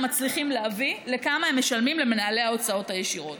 מצליחים להביא לכמה הם משלמים למנהלי ההוצאות הישירות.